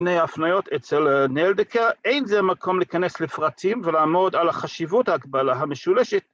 ‫לפני ההפניות אצל נלדקה, ‫אין זה מקום להיכנס לפרטים ‫ולעמוד על החשיבות ההקבלה המשולשת.